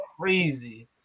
crazy